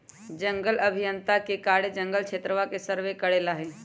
जंगल अभियंता के कार्य जंगल क्षेत्रवा के सर्वे करे ला हई